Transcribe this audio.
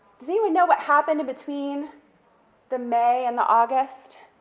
does anyone know what happened in between the may and the august,